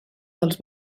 dels